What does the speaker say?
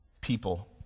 people